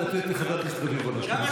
נא לתת לחבר הכנסת להשלים.